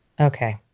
Okay